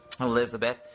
Elizabeth